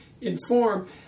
Inform